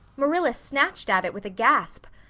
marilla snatched at it with a gasp.